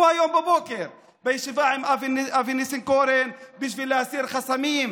כמו היום בבוקר בישיבה עם אבי ניסנקורן בשביל להסיר חסמים,